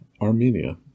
Armenia